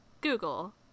Google